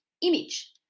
Image